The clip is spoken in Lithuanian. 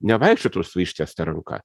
nevaikščiotų su ištiesta ranka